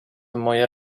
moje